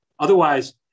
Otherwise